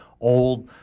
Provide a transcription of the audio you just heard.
old